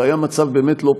והיה מצב באמת לא פשוט,